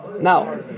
Now